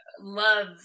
love